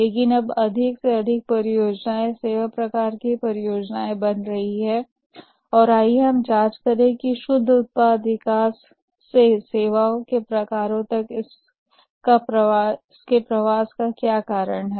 लेकिन अब अधिक से अधिक परियोजनाएं सेवा प्रकार की परियोजनाएं बन रही हैं और आइए हम जांच करें कि शुद्ध उत्पाद विकास से सेवाओं के प्रकारों तक परिवर्तन का क्या कारण है